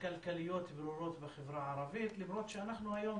הכלכליות ברורות בחברה הערבית, למרות שאנחנו היום